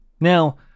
Now